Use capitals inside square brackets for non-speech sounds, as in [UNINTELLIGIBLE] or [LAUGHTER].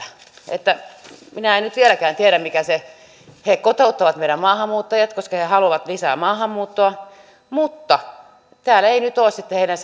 että minä en nyt vieläkään tiedä he kotouttavat meidän maahanmuuttajat koska he haluavat lisää maahanmuuttoa mutta täällä ei nyt ole sitten heidän [UNINTELLIGIBLE]